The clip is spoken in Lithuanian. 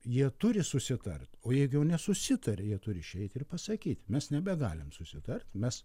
jie turi susitart o jeigu jau nesusitaria jie turi išeit ir pasakyt mes nebegalim susitart mes